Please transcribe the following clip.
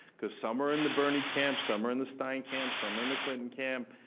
because some are in the bernie camp, some are in the stein camp, some are in the clinton camp.